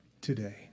today